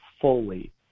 fully